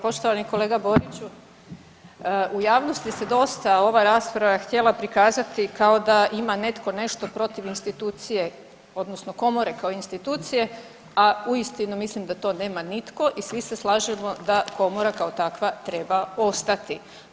Poštovani kolega Boriću, u javnosti se dosta ova rasprava htjela prikazati kao da ima netko nešto protiv institucije, odnosno Komore kao institucije, a uistinu mislim da to nema nitko i svi se slažemo da Komora kao takva treba ostati.